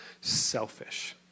selfish